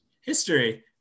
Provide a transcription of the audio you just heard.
history